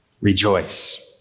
Rejoice